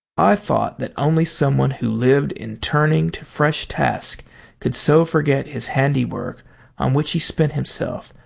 i thought that only someone who lived in turning to fresh tasks could so forget his handiwork on which he spent himself,